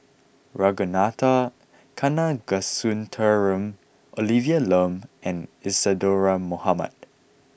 Ragunathar Kanagasuntheram Olivia Lum and Isadhora Mohamed